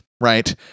right